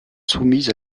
soumises